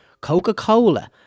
Coca-Cola